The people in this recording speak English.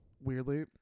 weirdly